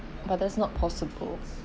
but that's not possible